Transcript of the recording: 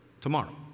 tomorrow